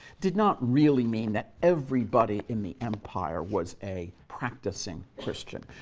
did not really mean that everybody in the empire was a practicing christian.